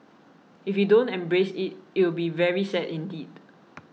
if we don't embrace it it'll be very sad indeed